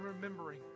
remembering